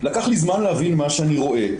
לקח לי זמן להבין מה שאני רואה,